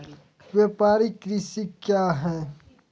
व्यापारिक कृषि क्या हैं?